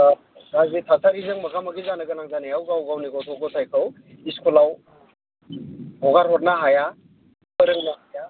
गाज्रि थासारिजों मोगा मोगि जानो गोनां जानायाव गाव गावनि गथ' गथायखौ स्कुलाव हगार हरनो हाया फोरोंनो हाया